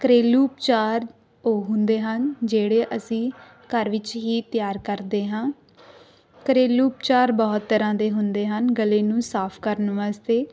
ਘਰੇਲੂ ਉਪਚਾਰ ਉਹ ਹੁੰਦੇ ਹਨ ਜਿਹੜੇ ਅਸੀਂ ਘਰ ਵਿੱਚ ਹੀ ਤਿਆਰ ਕਰਦੇ ਹਾਂ ਘਰੇਲੂ ਉਪਚਾਰ ਬਹੁਤ ਤਰ੍ਹਾਂ ਦੇ ਹੁੰਦੇ ਹਨ ਗਲੇ ਨੂੰ ਸਾਫ ਕਰਨ ਵਾਸਤੇ